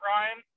Ryan